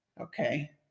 Okay